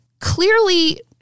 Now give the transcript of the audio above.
clearly